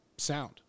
Sound